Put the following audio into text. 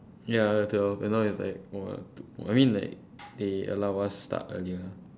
ya sort of and now it's like !whoa! two I mean like they allow us start earlier